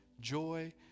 joy